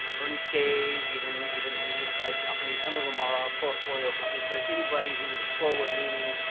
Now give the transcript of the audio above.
early stage, even even medium sized companies. some of them are our portfolio companies, but it's anybody who is forward leaning,